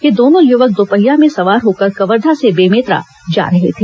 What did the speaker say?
ये दोनों युवक दोपहिया में सवार होकर कवर्धा से बेमेतरा जा रहे थे